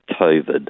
COVID